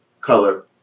color